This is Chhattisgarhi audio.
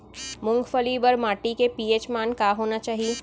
मूंगफली बर माटी के पी.एच मान का होना चाही?